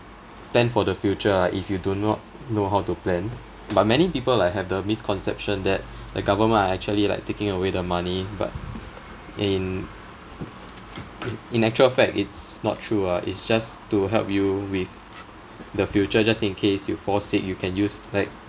plan for the future like if you do not know how to plan but many people like have the misconception that the government are actually like taking away the money but in in actual fact it's not true ah it's just to help you with the future just in case you fall sick you can use like